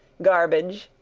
garbage,